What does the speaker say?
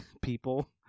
people